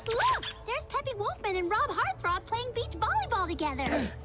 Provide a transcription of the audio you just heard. well, there's plenty movement in rob hearthrob playing beach volleyball together